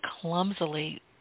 clumsily